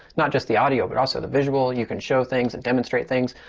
not just the audio, but also the visual. you can show things and demonstrate things.